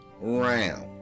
Round